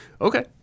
Okay